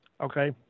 okay